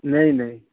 नेईं नेईं